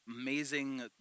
amazing